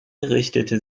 richtete